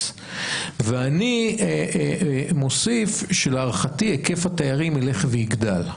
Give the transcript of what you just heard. ואני מוסיף שלהערכתי היקף התיירים יילך ויגדל.